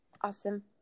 Awesome